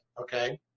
Okay